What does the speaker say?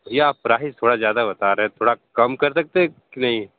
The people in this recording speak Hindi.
भैया आप प्राइज थोड़ा ज़्यादा बता रहे है थोड़ा कम कर सकते हैं की नहीं